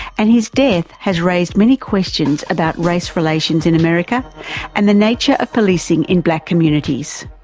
and his death has raised many questions about race relations in america and the nature of policing in black communities.